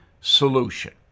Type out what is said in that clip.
solution